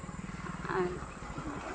ᱟᱨ